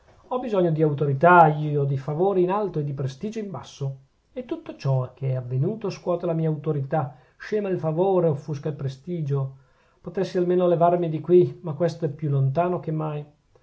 ho bisogno di autorità io di favore in alto e di prestigio in basso e tutto ciò che è avvenuto scuote la mia autorità scema il favore offusca il prestigio potessi almeno levarmi di qui ma questo è più lontano che mai